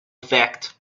effect